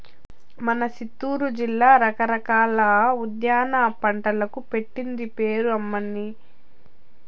మన సిత్తూరు జిల్లా రకరకాల ఉద్యాన పంటలకు పెట్టింది పేరు అమ్మన్నీ